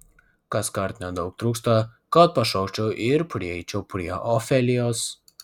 kaskart nedaug trūksta kad pašokčiau ir prieičiau prie ofelijos